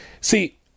See